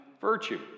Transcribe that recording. virtue